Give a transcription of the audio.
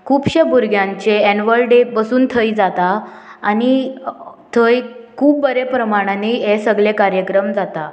खुबश्या भुरग्यांचे annual day बसून थंय जाता आनी थंय खूब बरे प्रमाणानी हे सगळे कार्यक्रम जाता